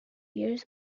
years